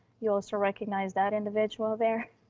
you'll also recognize that individual there